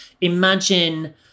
imagine